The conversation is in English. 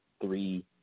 three